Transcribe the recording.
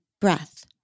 breath